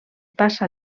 passa